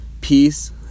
peace